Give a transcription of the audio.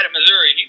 Missouri